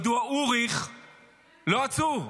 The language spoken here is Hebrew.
מדוע אוריך לא עצור.